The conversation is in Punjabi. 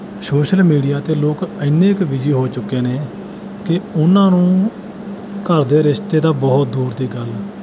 ਸੋਸ਼ਲ ਮੀਡੀਆ 'ਤੇ ਲੋਕ ਇੰਨੇ ਕੁ ਬੀਜੀ ਹੋ ਚੁੱਕੇ ਨੇ ਕਿ ਉਹਨਾਂ ਨੂੰ ਘਰ ਦੇ ਰਿਸ਼ਤੇ ਤਾਂ ਬਹੁਤ ਦੂਰ ਦੀ ਗੱਲ